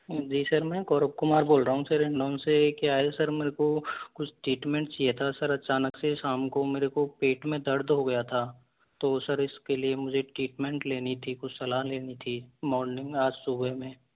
जी sir मैं गोरव कुमार बोल रहा हूँ सर हिंडोन से क्या है सर मेरे को कुछ ट्रीटमेंट चाहिए था सर अचानक से शाम को मेरे को पेट में दर्द हो गया था तो सर इसके लिए मुझे एक ट्रीटमेंट लेनी थी कुछ सलाह लेनी थी मोर्निग आज सुबह में